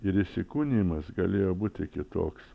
ir įsikūnijimas galėjo būti kitoks